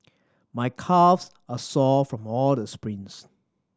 my calves are sore from all the sprints